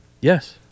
Yes